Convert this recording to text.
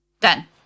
Done